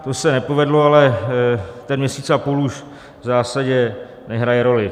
To se nepovedlo, ale ten měsíc a půl už v zásadě nehraje roli.